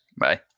Bye